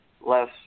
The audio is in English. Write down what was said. less